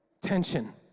tension